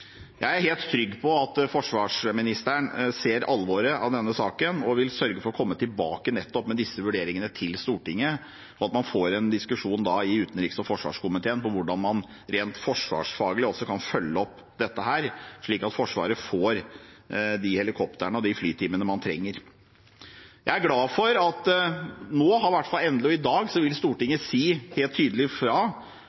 Jeg er helt trygg på at forsvarsministeren ser alvoret i denne saken og vil sørge for å komme tilbake med nettopp disse vurderingene til Stortinget, og at man får en diskusjon i utenriks- og forsvarskomiteen om hvordan man rent forsvarsfaglig kan følge opp dette, slik at Forsvaret får de helikoptrene og de flytimene man trenger. Jeg er glad for at nå